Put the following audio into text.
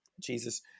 Jesus